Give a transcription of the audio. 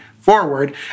forward